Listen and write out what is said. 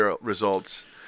results